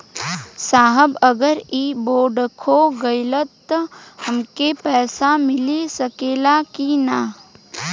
साहब अगर इ बोडखो गईलतऽ हमके पैसा मिल सकेला की ना?